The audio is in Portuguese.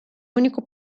único